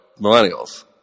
millennials